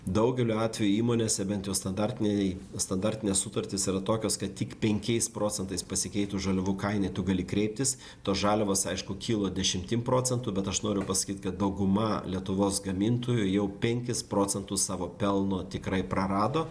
daugeliu atvejų įmonėse bent jau standartiniai standartinės sutartys yra tokios kad tik penkiais procentais pasikeitus žaliavų kainai tu gali kreiptis tos žaliavos aišku kilo dešimtim procentų bet aš noriu pasakyti kad dauguma lietuvos gamintojų jau penkis procentus savo pelno tikrai prarado